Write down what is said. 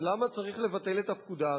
למה צריך לבטל את הפקודה?